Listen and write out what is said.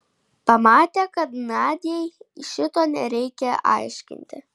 pamatė kad nadiai šito nereikia aiškinti